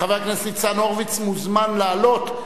חבר הכנסת ניצן הורוביץ מוזמן לעלות,